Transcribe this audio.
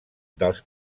dels